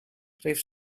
rief